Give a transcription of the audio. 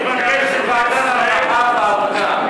ועדת העבודה והרווחה.